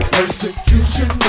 Persecution